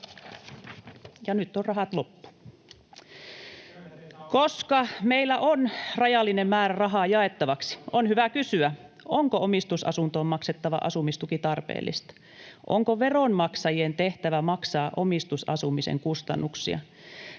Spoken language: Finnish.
Ja nyt on rahat loppu. Koska meillä on rajallinen määrä rahaa jaettavaksi, on hyvä kysyä, onko omistusasuntoon maksettava asumistuki tarpeellista. Onko veronmaksajien tehtävä maksaa omistusasumisen kustannuksia?